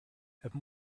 have